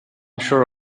sure